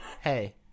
Hey